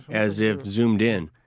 as if zoomed in,